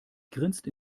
grinst